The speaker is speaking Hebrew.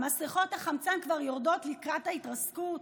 מסכות החמצן כבר יורדות לקראת ההתרסקות,